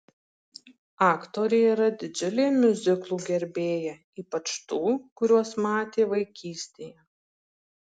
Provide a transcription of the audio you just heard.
aktorė yra didžiulė miuziklų gerbėja ypač tų kuriuos matė vaikystėje